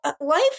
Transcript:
life